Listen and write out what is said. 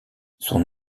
son